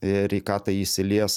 ir į ką tai išsilies